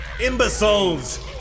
Imbeciles